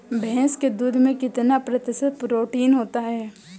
भैंस के दूध में कितना प्रतिशत प्रोटीन होता है?